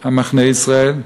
מחנה ישראל,